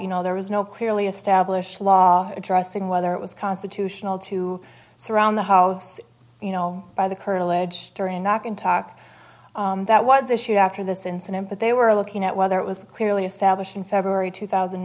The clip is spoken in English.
you know there was no clearly established law addressing whether it was constitutional to surround the house you know by the curtilage during knock and talk that was issued after this incident but they were looking at whether it was clearly established in february two thousand